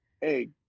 Hey